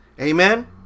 amen